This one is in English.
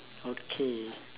okay